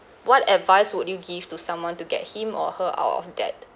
what advice would you give to someone to get him or her out of debt